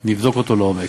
נבדוק אותו לעומק.